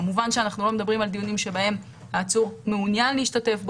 כמובן אנחנו לא מדברים על דיונים שבהם העצור מעוניין להשתתף,